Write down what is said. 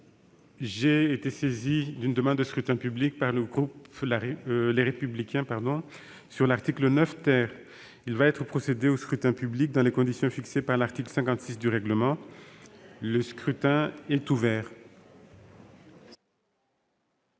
J'ai été saisi d'une demande de scrutin public émanant du groupe Les Républicains. Il va être procédé au scrutin dans les conditions fixées par l'article 56 du règlement. Le scrutin est ouvert.